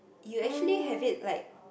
you actually have it like